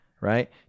right